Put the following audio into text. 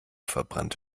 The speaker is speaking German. verbrannt